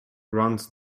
runs